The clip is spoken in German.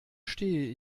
stehe